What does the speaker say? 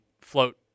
float